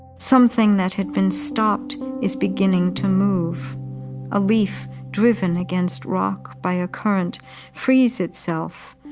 something that had been stopped is beginning to move a leaf driven against rock by a current frees itself,